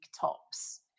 tops